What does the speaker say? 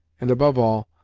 and, above all,